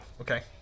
okay